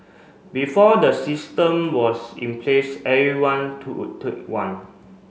before the system was in place everyone to took one